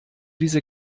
diese